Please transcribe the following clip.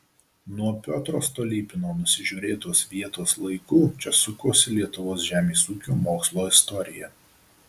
nuo piotro stolypino nusižiūrėtos vietos laikų čia sukosi lietuvos žemės ūkio mokslo istorija